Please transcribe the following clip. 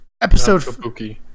episode